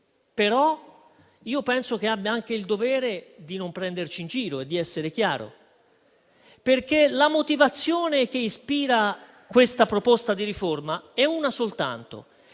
tuttavia che abbia anche il dovere di non prenderci in giro e di essere chiaro, perché la motivazione che ispira questa proposta di riforma è una soltanto,